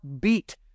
beat